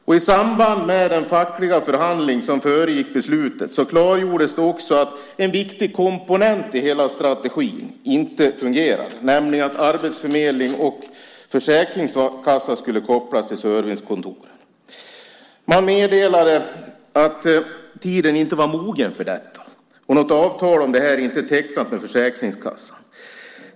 Och i samband med den fackliga förhandling som föregick beslutet klargjordes det också att en viktig komponent i hela strategin inte fungerade, nämligen att arbetsförmedling och försäkringskassa skulle kopplas till servicekontoren. Man meddelade att tiden inte var mogen för detta. Och något avtal om det här är inte tecknat med Försäkringskassan.